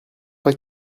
pas